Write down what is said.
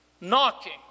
Knocking